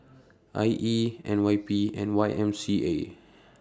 I E N Y P and Y M C A